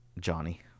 Johnny